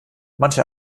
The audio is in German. manche